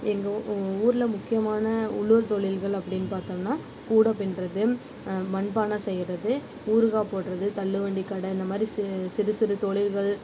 எங்கள் உ ஊரில் முக்கியமான உள்ளூர் தொழில்கள் அப்படின் பார்த்தோம்னா கூடை பின்னுறது மண் பானை செய்கிறது ஊறுகாய் போடறது தள்ளுவண்டி கடை இந்த மாதிரி சி சிறு சிறு தொழில்கள்